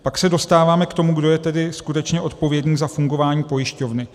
Pak se dostáváme k tomu, kdo je tedy skutečně odpovědný za fungování pojišťovny.